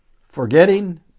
forgetting